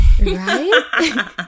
Right